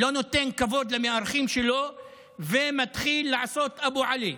לא נותן כבוד למארחים שלו ומתחיל לעשות אבו עלי.